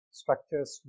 structures